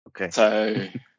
okay